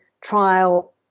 trial